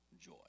joy